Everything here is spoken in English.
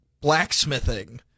blacksmithing